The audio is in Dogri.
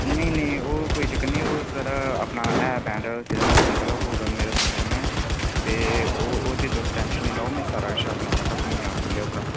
नेईं नेईं ओह् कोई चक्कर नेईं ओह् सर अपना एह् बैंड जेह्ड़ा म्यूजिक आह्ला पूरा सिस्टम ऐ ते ओह्दे तुस टैंशन नीं लैएओ आह्दे च सारा सैटअप में आपूं लेओगा